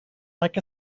like